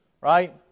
right